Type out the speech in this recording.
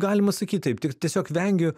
galima sakyt taip tik tiesiog vengiu